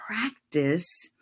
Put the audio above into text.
practice